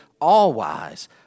all-wise